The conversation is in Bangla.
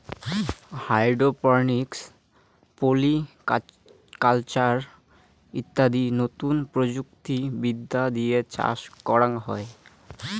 হাইড্রোপনিক্স, পলি কালচার ইত্যাদি নতুন প্রযুক্তি বিদ্যা দিয়ে চাষ করাঙ হই